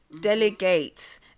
Delegate